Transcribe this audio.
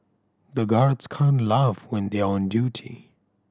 the guards can't laugh when they are on duty